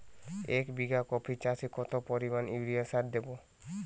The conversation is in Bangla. এক বিঘা কপি চাষে কত পরিমাণ ইউরিয়া সার দেবো?